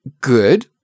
good